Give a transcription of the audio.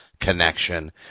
connection